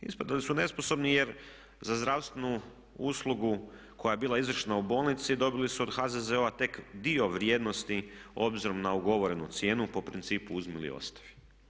Ispadali su nesposobni jer za zdravstvenu uslugu koja je bila izrečena u bolnici dobili su od HZZO-a tek dio vrijednosti obzirom na ugovorenu cijenu po principu uzmi ili ostavi.